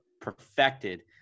perfected